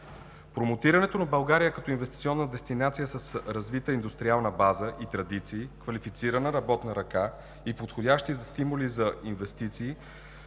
Промотирането на България като инвестиционна дестинация с развита индустриална база и традиции, квалифицирана работна ръка и подходяща за стимули за инвестиции